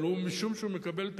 אבל משום שהוא מקבל את